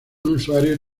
usuario